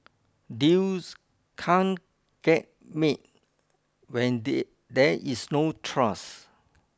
deals can't get made when there is no trust